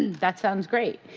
that sounds great.